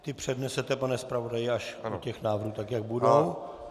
Ty přednesete, pane zpravodaji, až u těch návrhů, tak jak budou.